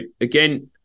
again